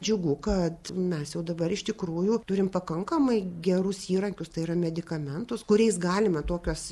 džiugu kad mes jau dabar iš tikrųjų turim pakankamai gerus įrankius tai yra medikamentus kuriais galime tokias